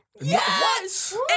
yes